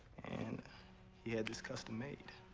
and he had this custom made.